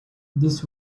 this